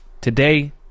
Today